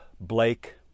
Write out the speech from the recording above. Blake